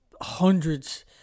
hundreds